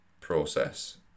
process